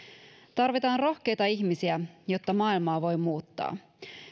tarvitaan rohkeita ihmisiä jotta maailmaa voi muuttaa